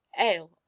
ale